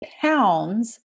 pounds